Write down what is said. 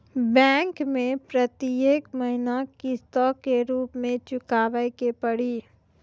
Bank मैं प्रेतियेक महीना किस्तो के रूप मे चुकाबै के पड़ी?